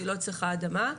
שלא צריכה אדמה.